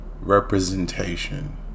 representation